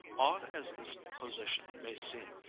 odd as this position may seem,